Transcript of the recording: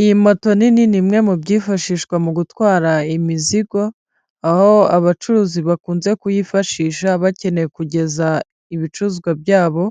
Iyi moto nini ni imwe mu byifashishwa mu gutwara imizigo, aho abacuruzi bakunze kuyifashisha bakeneye kugeza ibicuruzwa byabo